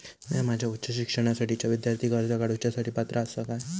म्या माझ्या उच्च शिक्षणासाठीच्या विद्यार्थी कर्जा काडुच्या साठी पात्र आसा का?